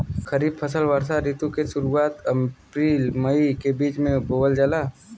खरीफ फसल वषोॅ ऋतु के शुरुआत, अपृल मई के बीच में बोवल जाला